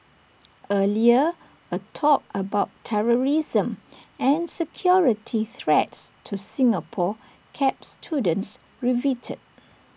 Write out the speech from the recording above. earlier A talk about terrorism and security threats to Singapore kept students riveted